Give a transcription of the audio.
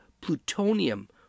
plutonium